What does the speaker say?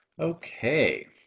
Okay